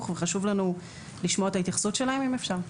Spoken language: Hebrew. וחשוב לנו לשמוע את ההתייחסות שלהם אם אפשר.